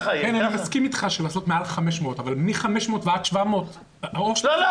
אני מסכים אתך לעשות מעל 500 אבל מ-500 ועד 700. לא.